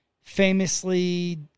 famously